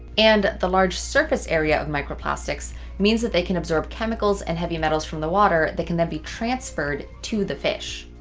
and the large surface area of microplastics means that they can absorb chemicals and heavy metals from the water that can then be transferred to the fish.